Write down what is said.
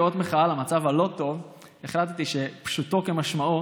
כאות מחאה על המצב הלא-טוב החלטתי שפשוטו כמשמעו